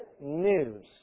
news